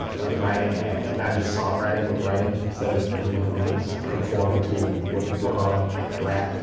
like writing, ah not just songwriting, but writing instead of you know, being so conformed to what people call rap.